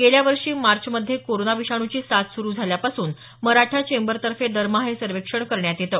गेल्यावर्षी मार्च मध्ये कोरोना विषाणूची साथ सूरू झाल्यापासून मराठा चेंबरतर्फे दरमहा हे सर्वेक्षण करण्यात येतं